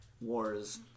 wars